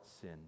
sin